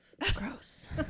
Gross